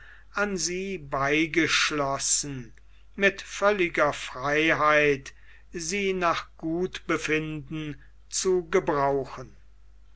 an sie beigeschlossen mit völliger freiheit sie nach gutbefinden zu gebrauchen